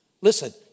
Listen